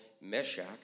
Meshach